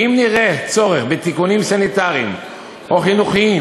ואם נראה צורך בתיקונים סניטריים או חינוכיים